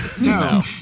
no